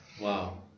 Wow